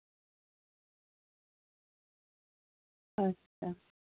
अच्छा